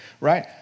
right